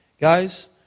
Guys